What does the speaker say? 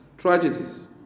Tragedies